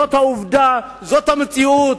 זאת העובדה, זאת המציאות.